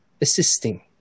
assisting